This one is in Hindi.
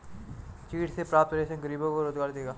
चीड़ से प्राप्त रेशा गरीबों को रोजगार देगा